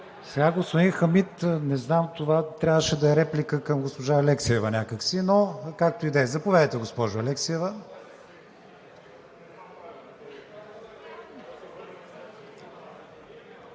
Сега, господин Хамид, не знам, това трябваше да е реплика към госпожа Алексиева някак си, но както и да е. Заповядайте, госпожо Алексиева.